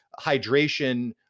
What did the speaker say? hydration